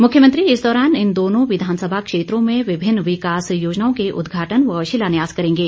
मुख्यमंत्री इस दौरान इन दोनों विधानसभा क्षेत्रों में विभिन्न विकास योजनाओं के उद्घाटन व शिलान्यास करेंगे